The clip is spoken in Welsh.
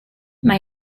mae